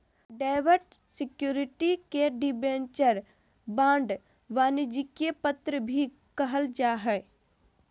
डेब्ट सिक्योरिटी के debenture, bond, वाणिज्यिक पत्र भी कहल जा हय